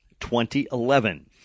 2011